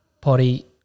Potty